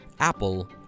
Apple